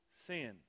sin